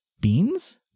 Beans